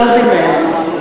לא זימן.